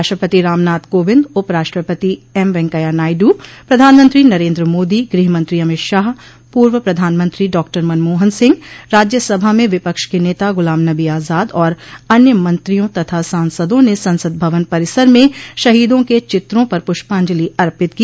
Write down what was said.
राष्ट्रपति रामनाथ कोविंद उपराष्ट्रंपति एमवेंकैया नायडू प्रधानमंत्री नरेन्द्र मोदी गृहमंत्री अमित शाह पूर्व प्रधानमंत्री डॉक्टर मनमोहन सिंह राज्यसभा में विपक्ष क नेता गुलाम नबी आजाद और अन्य मंत्रियों तथा सांसदों ने संसद परिसर में शहीदों के चित्रों पर पुष्पांजलि अर्पित की